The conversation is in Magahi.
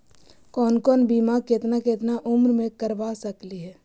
कौन कौन बिमा केतना केतना उम्र मे करबा सकली हे?